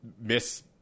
Miss